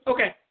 Okay